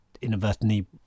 inadvertently